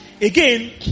Again